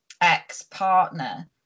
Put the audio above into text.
ex-partner